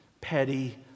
petty